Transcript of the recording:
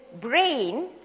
brain